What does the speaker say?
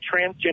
transgender